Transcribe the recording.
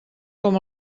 com